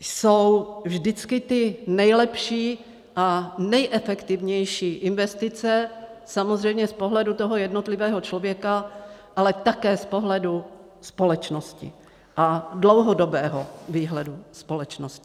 jsou vždycky ty nejlepší a nejefektivnější investice samozřejmě z pohledu toho jednotlivého člověka, ale také z pohledu společnosti a dlouhodobého výhledu společnosti.